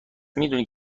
میدونی